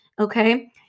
okay